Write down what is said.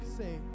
say